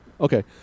Okay